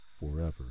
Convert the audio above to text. forever